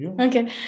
Okay